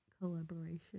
collaboration